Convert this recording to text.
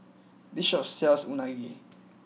this shop sells Unagi